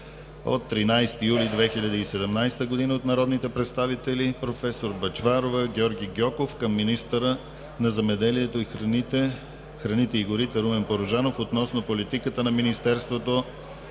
от 13 юли 2017 г., от народните представители проф. Бъчварова, Георги Гьоков към министъра на земеделието, храните и горите Румен Порожанов относно политиката на Министерството